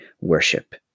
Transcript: worship